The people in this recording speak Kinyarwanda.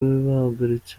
bahagaritse